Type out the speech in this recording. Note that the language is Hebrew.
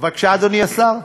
בבקשה, אדוני השר?